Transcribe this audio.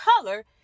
color